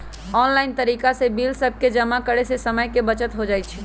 online तरिका से bill सभके जमा करे से समय के बचत हो जाइ छइ